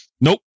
Nope